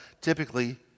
typically